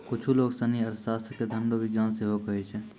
कुच्छु लोग सनी अर्थशास्त्र के धन रो विज्ञान सेहो कहै छै